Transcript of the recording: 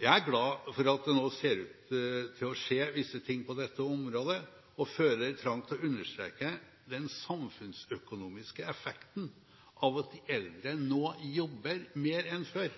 Jeg er glad for at det nå ser ut til å skje visse ting på dette området og føler trang til å understreke den samfunnsøkonomiske effekten av at de eldre nå jobber mer enn før: